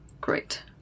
Great